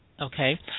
Okay